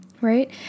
right